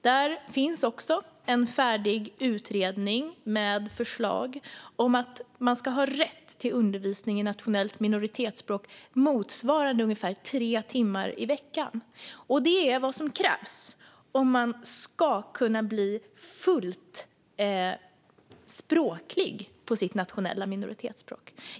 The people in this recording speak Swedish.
Det finns också en färdig utredning med förslag om att man ska ha rätt till undervisning i nationellt minoritetsspråk motsvarande ungefär tre timmar i veckan. Det är vad som krävs om man ska kunna bli fullt språklig på sitt nationella minoritetsspråk.